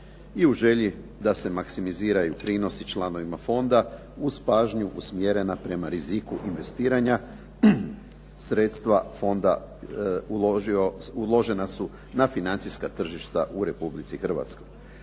i u želji da se maksimiziraju prinosi članovima fonda, uz pažnju usmjerena prema riziku investiranja sredstva fonda uložena su na financijska tržišta u Republici Hrvatskoj.